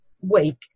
week